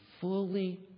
fully